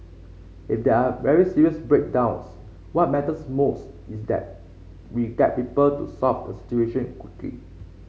if there are very serious breakdowns what matters most is that we get people to solve the situation quickly